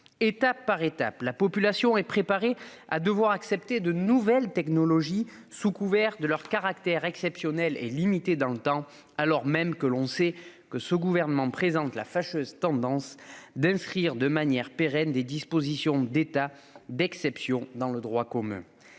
Étape par étape, la population est préparée à devoir accepter ces nouvelles technologies, sous couvert de leur caractère exceptionnel et limité dans le temps, alors même que ce gouvernement a la fâcheuse tendance d'inscrire de manière pérenne dans le droit commun